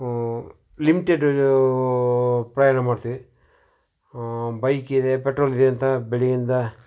limited ಪ್ರಯಾಣ ಮಾಡ್ತೀವಿ ಬೈಕಿದೆ ಪೆಟ್ರೋಲ್ ಇದೆ ಅಂತ ಬೆಳಗ್ಗಿಂದ